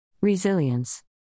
Resilience